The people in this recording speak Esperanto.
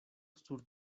sur